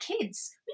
kids